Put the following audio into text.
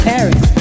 Paris